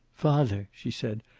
father! she said.